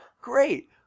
great